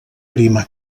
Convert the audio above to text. prima